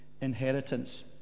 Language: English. inheritance